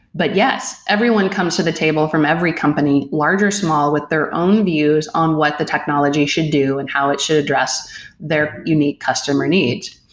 but, yes, everyone comes to the table from every company, large or small, with their own views on what the technology should do and how it should address their unique customer needs.